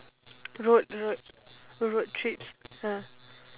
road road road trips ah